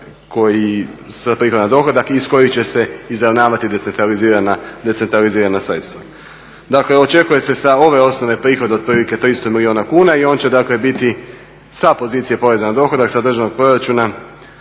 da se ojača dakle fond … iz kojih će se izravnavati decentralizirana sredstva. Dakle, očekuje se sa ove osnove prihod otprilike 300 milijuna kuna i on će dakle biti sa pozicije poreza na dohodak sa državnog proračuna